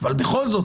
אבל בכל זאת,